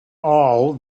all